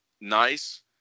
nice